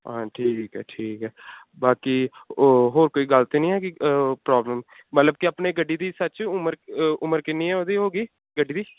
ਹਾਂ ਠੀਕ ਹੈ ਠੀਕ ਹੈ ਬਾਕੀ ਉਹ ਹੋਰ ਕੋਈ ਗੱਲ ਤਾਂ ਨਹੀਂ ਹੈਗੀ ਪ੍ਰੋਬਲਮ ਮਤਲਬ ਕਿ ਆਪਣੇ ਗੱਡੀ ਦੀ ਸੱਚ ਉਮਰ ਉਮਰ ਕਿੰਨੀ ਹੈ ਉਹਦੀ ਹੋ ਗਈ ਗੱਡੀ ਦੀ